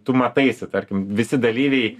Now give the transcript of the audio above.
tu mataisi tarkim visi dalyviai